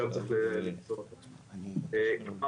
כלומר,